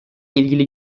ilgili